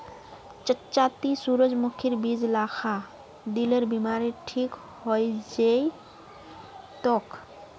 चच्चा ती सूरजमुखीर बीज ला खा, दिलेर बीमारी ठीक हइ जै तोक